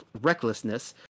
recklessness